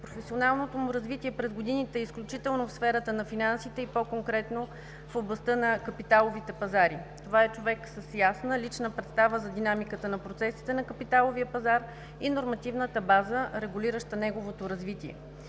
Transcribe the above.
Професионалното му развитие през годините е изключително в сферата на финансите и по-конкретно в областта на капиталовите пазари. Това е човек с ясна лична представа за динамиката на процесите на капиталовия пазар и нормативната база, регулираща неговото развитие.